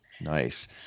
Nice